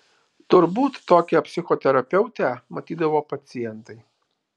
turbūt tokią psichoterapeutę matydavo pacientai